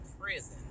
prison